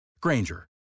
Granger